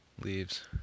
leaves